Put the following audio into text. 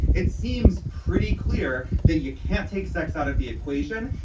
it seems pretty clear that you can't take sex out of the equation.